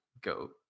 go